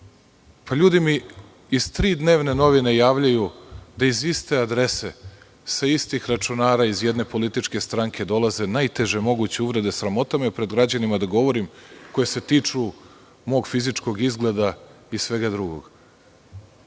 mi iz tri dnevne novine javljaju da iz iste adrese, sa istih računara iz jedne političke stranke dolaze najteže moguće uvrede, sramota me pred građanima da govorim, koje se tiču mog fizičkog izgleda i svega drugog.